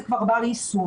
זה כבר בר יישום.